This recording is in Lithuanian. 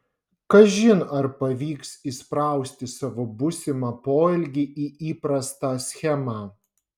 kažin ar pavyks įsprausti savo būsimą poelgį į įprastą schemą